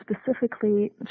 specifically